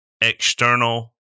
external